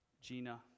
Gina